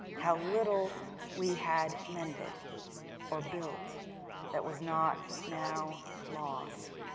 how little we had mended or built that was not now lost,